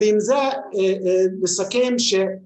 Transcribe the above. ‫בין זה נסכם ש...